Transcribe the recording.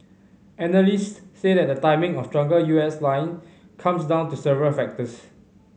analysts say that the timing of stronger U S line comes down to several factors